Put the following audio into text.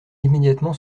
immédiatement